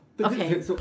okay